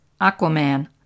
Aquaman